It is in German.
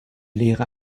lehre